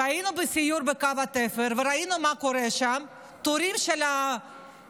והיינו בסיור בקו התפר וראינו מה קורה שם: תורים של שב"חים